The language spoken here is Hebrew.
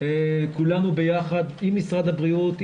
כולנו ביחד עם משרד הבריאות,